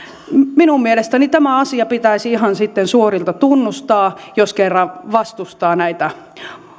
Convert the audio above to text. minun mielestäni tämä asia pitäisi ihan sitten suorilta tunnustaa jos kerran vastustaa näitä